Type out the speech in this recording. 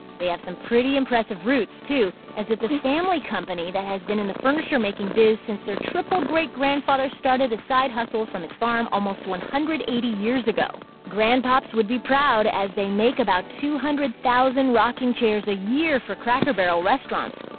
they have some pretty impressive roots, too, as it's a family company that has been in the furniture-making biz since their triple-great grandfather started a side hustle from his farm almost one hundred and eighty years ago. grandpops would be proud, as they make about two hundred thousand rocking chairs a year for cracker barrel restaurants,